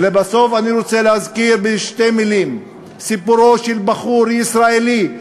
לבסוף אני רוצה להזכיר בשתי מילים את סיפורו של בחור ישראלי,